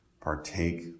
partake